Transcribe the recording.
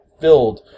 filled